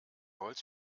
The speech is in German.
holz